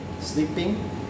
sleeping